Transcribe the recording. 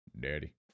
Daddy